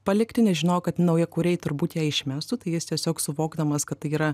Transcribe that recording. palikti nes žinojo kad naujakuriai turbūt ją išmestų tai jis tiesiog suvokdamas kad tai yra